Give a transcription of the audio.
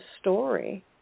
story